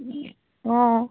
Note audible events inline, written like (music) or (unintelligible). (unintelligible) অঁ